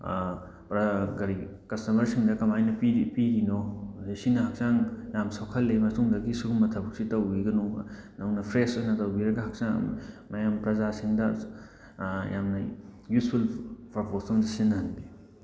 ꯀꯔꯤ ꯀꯁꯇꯃꯔꯁꯤꯡꯗ ꯀꯃꯥꯏꯅ ꯄꯤꯔꯤꯅꯣ ꯑꯗꯩ ꯁꯤꯅ ꯍꯛꯆꯥꯡ ꯌꯥꯝ ꯁꯣꯛꯍꯜꯂꯤ ꯃꯇꯨꯡꯗꯒꯤ ꯁꯨꯒꯨꯝꯕ ꯊꯕꯛꯁꯤ ꯇꯧꯕꯤꯒꯅꯨ ꯅꯧꯅ ꯐ꯭ꯔꯦꯁ ꯑꯣꯏꯅ ꯇꯧꯕꯤꯔꯒ ꯍꯛꯆꯥꯡ ꯃꯌꯥꯝ ꯄ꯭ꯔꯖꯥꯁꯤꯡꯗ ꯌꯥꯝꯅ ꯌꯨꯁꯐꯨꯜ ꯄꯔꯄꯣꯁ ꯑꯝꯗ ꯁꯤꯖꯤꯟꯅꯍꯟꯕꯤꯌꯨ